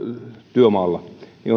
työmaalla